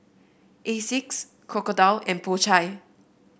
Asics Crocodile and Po Chai